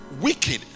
Wicked